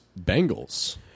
Bengals